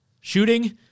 shooting